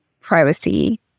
privacy